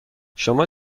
شما